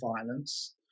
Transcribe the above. violence